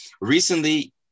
recently